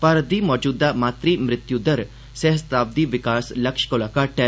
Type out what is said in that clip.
भारत दी मौजूदा मातृ मृत्यु दर सहस्तावधि विकास लक्ष्य कोला घट्ट ऐ